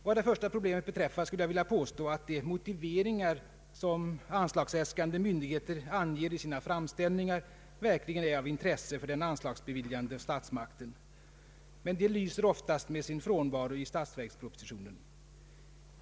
Vad det första problemet beträffar skulle jag vilja påstå att de motiveringar som anslagsäskande myndigheter anger i sina framställningar verkligen är av intresse för den anslagsbeviljande statsmakten, men de lyser oftast med sin frånvaro i statsverkspropositionen.